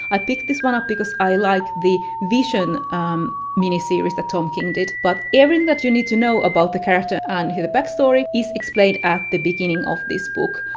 i picked this one up because i liked the vision miniseries that tom king did, but everything that you need to know about the character and his backstory is explained at the beginning of this book.